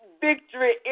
victory